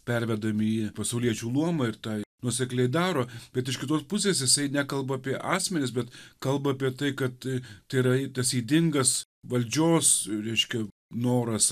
pervedami į pasauliečių luomą ir tai nuosekliai daro bet iš kitos pusės jisai nekalba apie asmenis bet kalba apie tai kad tai yra tas ydingas valdžios reiškia noras